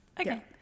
Okay